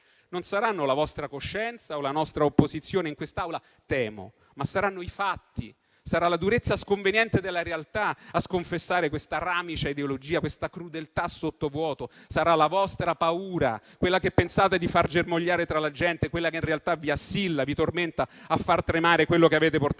non saranno la vostra coscienza o la nostra opposizione in quest'Aula, temo, ma i fatti. Sarà la durezza sconveniente della realtà a sconfessare questa ideologia, questa crudeltà sottovuoto; sarà la vostra paura, quella che pensavate di far germogliare tra la gente, che in realtà vi assilla e vi tormenta, a far tremare quello che avete portato in Aula.